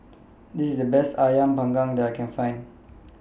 This IS The Best Ayam Panggang that I Can Find